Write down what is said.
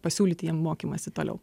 pasiūlyti jiem mokymąsi toliau